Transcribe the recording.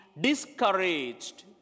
discouraged